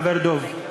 החבר דב.